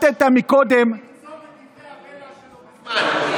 היושב-ראש, תקצוב את דברי הבלע שלו בזמן.